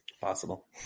Possible